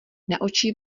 naučí